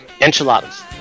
Enchiladas